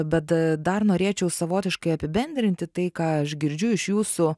bet dar norėčiau savotiškai apibendrinti tai ką aš girdžiu iš jūsų